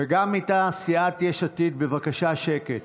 גם מתא סיעת יש עתיד, בבקשה שקט.